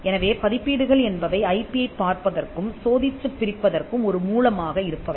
எனவே பதிப்பீடுகள் என்பவை ஐபி யைப் பார்ப்பதற்கும் சோதித்துப் பிரிப்பதற்கும் ஒரு மூலமாக இருப்பவை